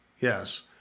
yes